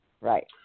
right